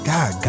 God